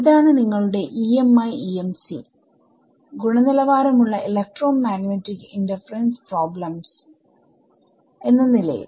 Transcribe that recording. ഇതാണ് നിങ്ങളുടെ EMI EMC ഗുണനിലവാരമുള്ള ഇലക്ട്രോമാഗ്നെറ്റിക് ഇന്റർഫറൻസ് പ്രോബ്ലെംസ് എന്ന നിലയിൽ